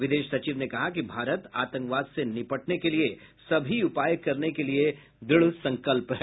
विदेश सचिव ने कहा कि भारत आतंकवाद से निपटने के लिए सभी उपाय करने के लिए दृढ़ संकल्प है